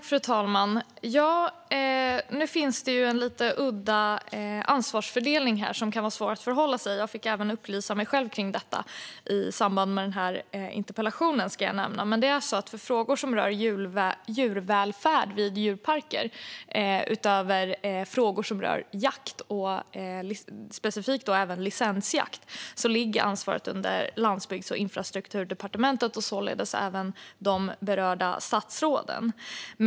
Fru talman! Nu finns det en lite udda ansvarsfördelning som kan vara svår att förhålla sig till. Jag fick även upplysa mig själv om detta i samband med denna interpellation. Men ansvaret för frågor som rör djurvälfärd i djurparker, utöver frågor som rör jakt och specifikt även licensjakt, ligger under Landsbygds och infrastrukturdepartementet och således även de berörda statsråden där.